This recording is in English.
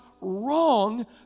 wrong